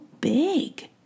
big